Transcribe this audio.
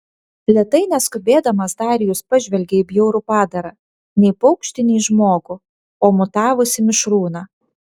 lėtai neskubėdamas darijus pažvelgė į bjaurų padarą nei paukštį nei žmogų o mutavusį mišrūną